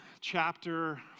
chapter